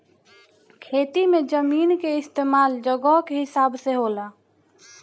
खेती मे जमीन के इस्तमाल जगह के हिसाब से होला